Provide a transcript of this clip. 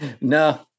No